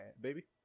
Baby